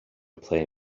play